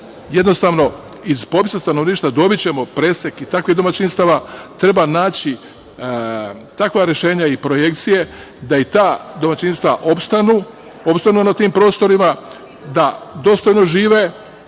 jednostavno iz popisa stanovništva ćemo dobiti presek i takvih domaćinstava. Treba naći takva rešenja i projekcije da i ta domaćinstva opstanu na tim prostorima, da dostojno žive,